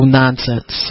nonsense